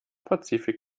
pazifik